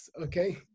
okay